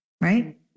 right